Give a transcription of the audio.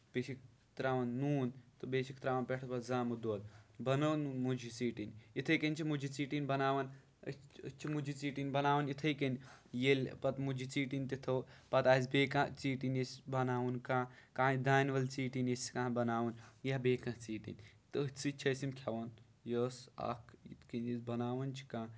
بیٚیہِ چھِکھ تراون نوٗن تہٕ بیٚیہِ چھِکھ تراون پٮ۪ٹھٕ پَتہٕ زامُت دۄد بَنٲوو مُجہِ ژیٚٹِنۍ یِتھٕے کٔنۍ چھِ مُجہِ ژیٚٹِنۍ بَناون أسۍ چھِ مُجہِ ژیٚٹِنۍ بَناون یِتھٕے کَن ییٚلہِ پَتہٕ مُجہِ ژیٚٹِنۍ تہِ تھٲوو پَتہٕ آسہِ بیٚیہِ کانہہ ژیٚٹِنۍ یُس بَناوُن کانہہ دانول ژیٚٹِنۍ یِژھہِ کانہہ بَناوُن یا بیٚیہِ کانہہ ژیٚٹِنۍ تٔتھۍ سۭتۍ چھِ أسۍ یِم کھٮ۪وان یہِ ٲسۍ اکھ یِتہ کٔنۍ أسۍ بَناون چھِ کانٛہہ